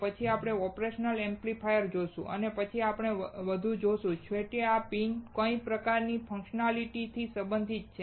આપણે પછીથી operational amplifier જોશું અને પછી આપણે વધુ જોશુંછેવટે આ પિન કઈ પ્રકારની ફંકશનાલિટી થી સંબંધિત છે